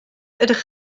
ydych